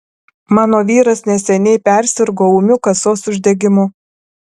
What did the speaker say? mano vyras neseniai persirgo ūmiu kasos uždegimu